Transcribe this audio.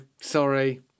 sorry